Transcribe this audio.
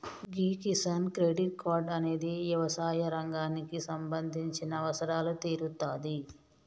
గీ Kisan credit card అనేది యవసాయ రంగానికి సంబంధించిన అవసరాలు తీరుత్తాది